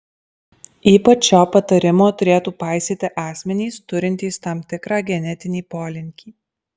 ypač šio patarimo turėtų paisyti asmenys turintys tam tikrą genetinį polinkį